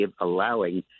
allowing